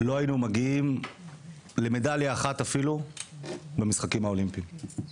לא היינו מגיעים למדליה אחת אפילו במשחקים האולימפיים.